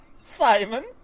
Simon